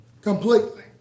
Completely